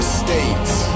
states